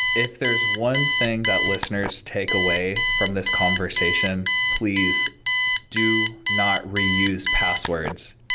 if there's one thing that listeners take away from this conversation, please do not reuse passwords.